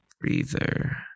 breather